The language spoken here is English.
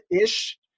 ish